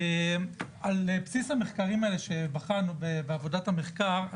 על בסיס המחקרים האלה שבחנו בעבודת המחקר,